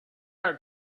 heart